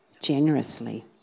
generously